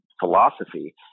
philosophy